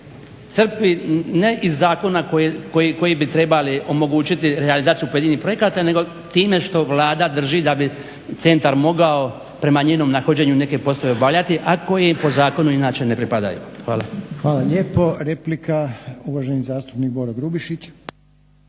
crpi ne iz zakona koji bi trebali omogućiti realizaciju pojedinih projekata, nego time što Vlada drži da bi centar mogao prema njenom nahođenju neke poslove obavljati a koje im po zakonu inače ne pripadaju. Hvala. **Reiner, Željko (HDZ)** Hvala lijepo. Replika uvaženi zastupnik Boro Grubišić.